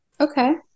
Okay